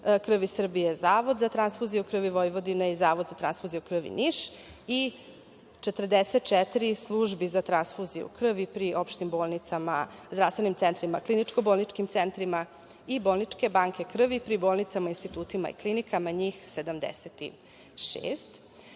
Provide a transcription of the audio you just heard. krvi Srbije, Zavod za transfuziju krvi Vojvodine i Zavod za transfuziju krvi Niš i 44 službi za transfuziju krvi pri opštim bolnicama, zdravstvenim centrima, kliničko-bolničkim centrima i bolničke banke krvi pri bolnicama, institutima i klinikama, njih 76.